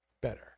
better